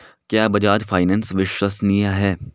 क्या बजाज फाइनेंस विश्वसनीय है?